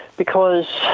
because,